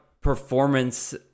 performance